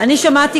תודה רבה לך,